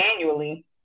annually